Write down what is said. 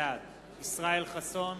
בעד ישראל חסון,